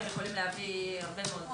יכול להביא הרבה מאוד.